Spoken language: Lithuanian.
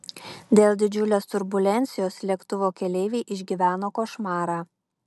dėl didžiulės turbulencijos lėktuvo keleiviai išgyveno košmarą